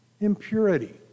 impurity